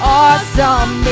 awesome